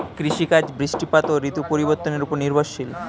কৃষিকাজ বৃষ্টিপাত ও ঋতু পরিবর্তনের উপর নির্ভরশীল